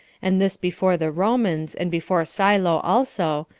and this before the romans, and before silo also,